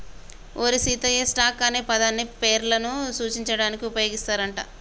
ఓరి సీతయ్య, స్టాక్ అనే పదాన్ని పేర్లను సూచించడానికి ఉపయోగిస్తారు అంట